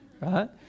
right